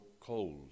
cold